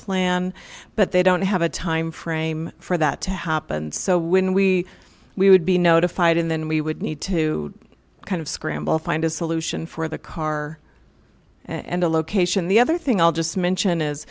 plan but they don't have a timeframe for that to happen so when we we would be notified and then we would need to kind of scramble find a solution for the car and the location the other thing i'll just mention is